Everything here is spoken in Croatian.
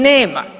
Nema.